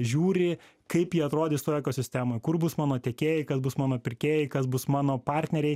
žiūri kaip jie atrodys toj ekosistemoj kur bus mano tiekėjai kas bus mano pirkėjai kas bus mano partneriai